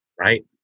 right